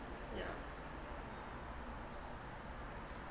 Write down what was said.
yeah